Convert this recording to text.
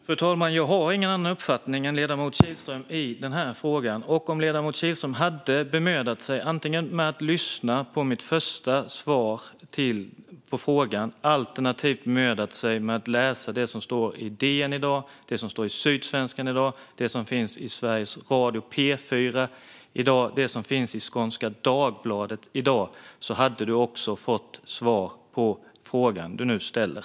Fru talman! Jag har ingen annan uppfattning än ledamoten Kihlström i den här frågan. Om ledamoten Kihlström hade bemödat sig med att lyssna på mitt första svar på frågan alternativt bemödat sig med att läsa det som står i DN, Sydsvenskan och Skånska Dagbladet i dag och det som sagts i Sveriges Radio P4 i dag hade han också fått svar på frågan han nu ställer.